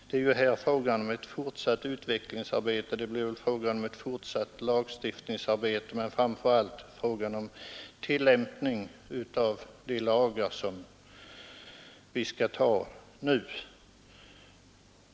Det är ju här fråga om ett fortsatt utvecklingsarbete, och det blir väl fråga om ett fortsatt lagstiftningsarbete. Men det blir framför allt fråga om en fortsatt tillämpning av de lagar som vi nu skall anta.